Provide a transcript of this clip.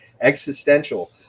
existential